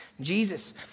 Jesus